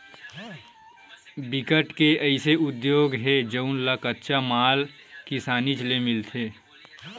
बिकट के अइसे उद्योग हे जउन ल कच्चा माल किसानीच ले मिलथे